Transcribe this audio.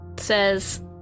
says